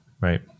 right